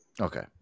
Okay